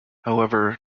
however